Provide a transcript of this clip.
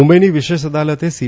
મુંબઇની વિશેષ અદાલતે સી